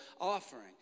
offering